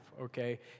okay